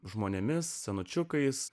žmonėmis senučiukais